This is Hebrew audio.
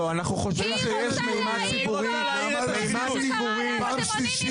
אתם מבזבזים על כל דבר --- היא רוצה להעיד פה ואתם מונעים ממנה.